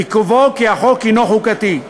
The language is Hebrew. בקובעו כי החוק הוא חוקתי.